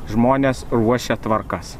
žmonės ruošia tvarkas